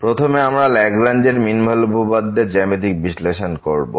প্রথমে আমরা লেগরেঞ্জ এর মিন ভ্যালু উপপাদ্য এর জ্যামিতিক বিশ্লেষণ করবো